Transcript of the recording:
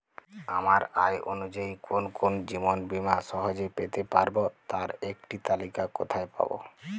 আমার আয় অনুযায়ী কোন কোন জীবন বীমা সহজে পেতে পারব তার একটি তালিকা কোথায় পাবো?